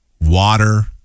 water